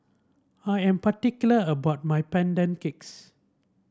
I am particular about my Pandan Cakes